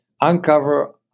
uncover